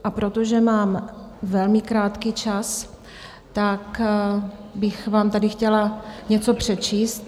A protože mám velmi krátký čas, tak bych vám tady chtěla něco přečíst.